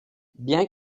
bien